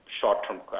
short-term